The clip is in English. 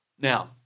Now